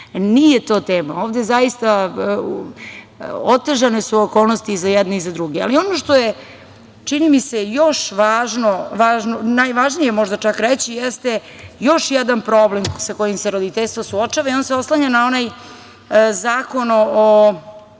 Nije to tema, ovde zaista, otežane su okolnosti i za jedne i za druge. Ono što je, čini mi se, još važno, možda čak i najvažnije reći, jeste još jedan problem sa kojim se roditeljstvo suočava i ono se oslanja na onaj Zakon o